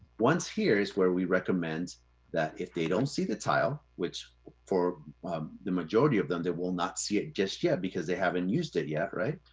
once here is where we recommend that if they don't see the tile, which for the majority of them, they will not see it just yet, because they haven't used it yet, right?